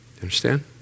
understand